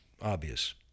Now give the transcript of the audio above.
obvious